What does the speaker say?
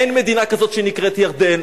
אין מדינה כזאת שנקראת "ירדן".